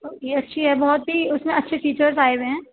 یہ اچھی ہے بہت ہی اس میں اچھے فیچرس آئے ہوئے ہیں